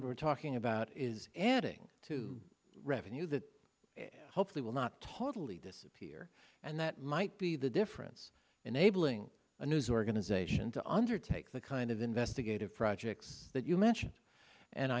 what we're talking about is ending to revenue that hopefully will not totally disappear and that might be the difference enabling a news organization to undertake the kind of investigative projects that you mentioned and